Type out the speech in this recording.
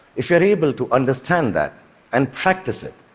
if you are able to understand that and practice it,